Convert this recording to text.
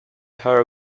her